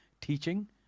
teaching